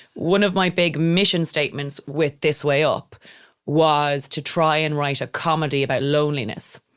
one of my big mission statements with this way up was to try and write a comedy about loneliness.